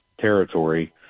territory